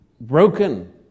broken